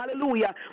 hallelujah